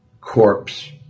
corpse